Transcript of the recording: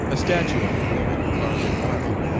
a statue of a woman carved in marble,